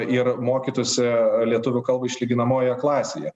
ir mokytųsi lietuvių kalbą išlyginamojoje klasėje